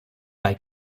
bei